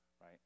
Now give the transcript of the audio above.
right